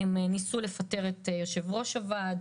ניסו לפטר את יושב-ראש הוועד,